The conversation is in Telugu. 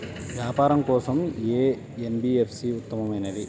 వ్యాపారం కోసం ఏ ఎన్.బీ.ఎఫ్.సి ఉత్తమమైనది?